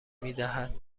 میدهد